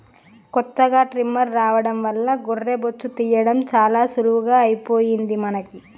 కొత్తగా ట్రిమ్మర్ రావడం వల్ల గొర్రె బొచ్చు తీయడం చాలా సులువుగా అయిపోయింది మనకి